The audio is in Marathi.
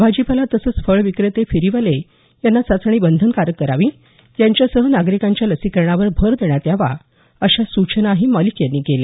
भाजीपाला तसंच फळ विक्रेते फेरीवाले यांना चाचणी बंधनकारक करावी यांच्यासह नागरिकांच्या लसीकरणावर भर देण्यात यावा अशा सूचनाही मलिक यांनी केल्या